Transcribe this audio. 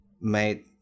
made